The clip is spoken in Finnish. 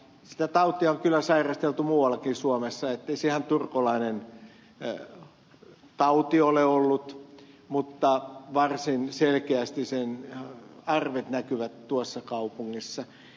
sitä tautia on kyllä sairasteltu muuallakin suomessa niin ettei se ihan turkulainen tauti ole ollut mutta varsin selkeästi sen arvet näkyvät tuossa kaupungissa